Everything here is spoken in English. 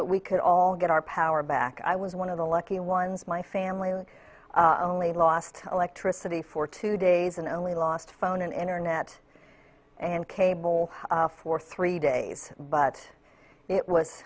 that we could all get our power back i was one of the lucky ones my family and only lost electricity for two days and only lost phone and internet and cable for three days but it was